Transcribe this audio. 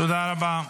תודה רבה.